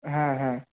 হ্যাঁ হ্যাঁ